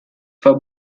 for